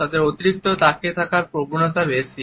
তাদের অতিরিক্ত তাকিয়ে থাকার প্রবণতা বেশি